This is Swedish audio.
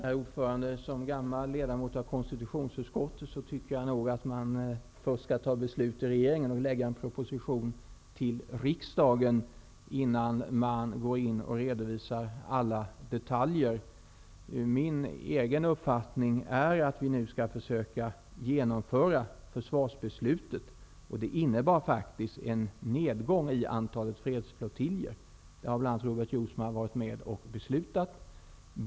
Herr talman! Som gammal ledamot av konstitutionsutskottet tycker jag nog att regeringen först skall fatta beslut och lägga fram en proposition till riksdagen innan man går in och redovisar alla detaljer. Min egen uppfattning är att vi nu skall försöka genomföra försvarsbeslutet, och det innebär faktiskt en minskning av antalet fredsflottiljer. Detta har bl.a. Robert Jousma varit med och fattat beslut om.